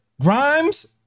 grimes